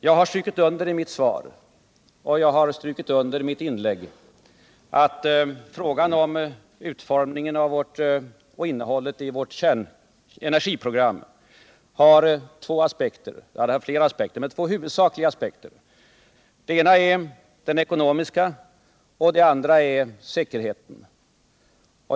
Jag har strukit under i mitt svar och jag har strukit under i mitt inlägg att frågan om utformningen av och innehållet i vårt energiprogram har två huvudsakliga aspekter. Den ena är den ekonomiska, den andra gäller säkerheten.